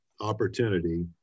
opportunity